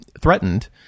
threatened